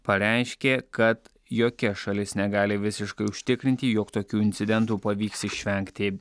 pareiškė kad jokia šalis negali visiškai užtikrinti jog tokių incidentų pavyks išvengti